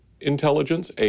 intelligence